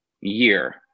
year